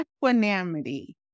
equanimity